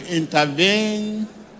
intervene